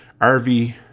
RV